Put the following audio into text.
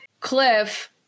Cliff